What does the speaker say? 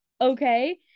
okay